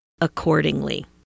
accordingly